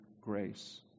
grace